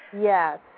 Yes